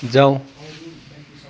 जाऊ